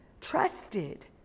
trusted